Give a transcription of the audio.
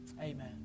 Amen